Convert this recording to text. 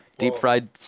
Deep-fried